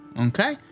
Okay